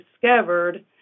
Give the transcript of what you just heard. discovered